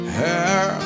hair